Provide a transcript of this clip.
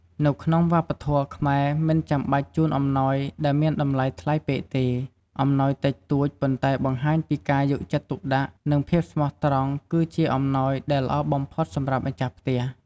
នៅក្នុងវប្បធម៏ខ្មែរមិនចំបាច់ជូនអំណោយដែលមានតម្លៃថ្លៃពេកទេ អំណោយតិចតួចប៉ុន្តែបង្ហាញពីការយកចិត្តទុកដាក់ និងភាពស្មោះត្រង់គឺជាអំណោយដែលល្អបំផុតសម្រាប់ម្ចាស់ផ្ទះ។